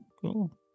Cool